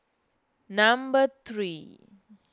number three